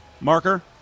marker